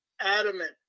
adamant